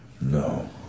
No